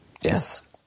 Yes